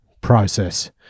process